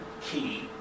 key